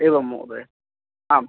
एवम् महोदय आम्